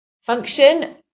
function